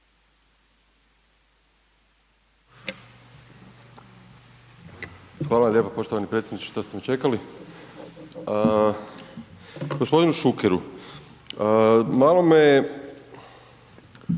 Hvala lijepo poštovani predsjedniče, što ste me čekali. G. Šukeru, malo me